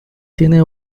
tiene